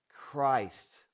Christ